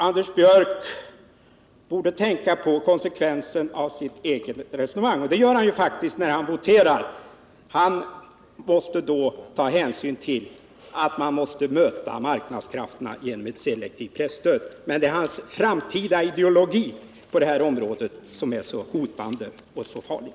Anders Björck borde tänka på konsekvensen av sitt resonemang — och det kommer han faktiskt att göra när han voterar. Han måste då ta hänsyn till att man måste möta marknadskrafterna med ett selektivt presstöd. Men det är hans framtida ideologi på detta område som är så hotande och så farlig.